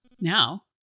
now